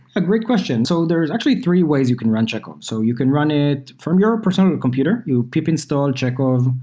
a great question. so there is actually three ways you can run chekhov. so you can run it from your personal computer. you pip install chekov.